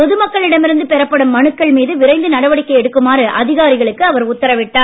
பொதுமக்களிடம் இருந்து பெறப்படும் மனுக்கள் மீது விரைந்து நடவடிக்கை எடுக்குமாறு அதிகாரிகளுக்கு அவர் உத்தரவிட்டார்